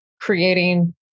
creating